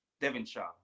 devonshire